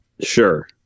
Sure